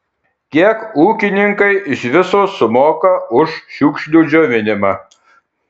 kiek ūkininkai iš viso sumoka už šiukšlių džiovinimą